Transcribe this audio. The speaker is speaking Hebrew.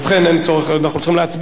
אנחנו צריכים להצביע?